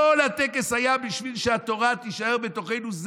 כל הטקס היה בשביל שהתורה תישאר בתוכנו.